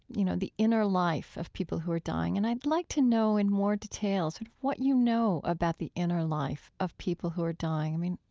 you know, the inner life of people who are dying. and i'd like to know in more details what what you know about the inner life of people who are dying. i mean,